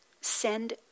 Send